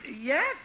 Yes